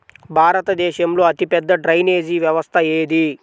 భారతదేశంలో అతిపెద్ద డ్రైనేజీ వ్యవస్థ ఏది?